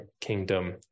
kingdom